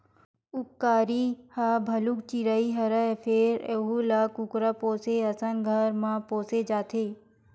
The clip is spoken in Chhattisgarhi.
उपकारी ह भलुक चिरई हरय फेर यहूं ल कुकरा पोसे असन घर म पोसे जाथे